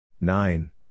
Nine